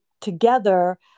together